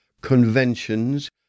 conventions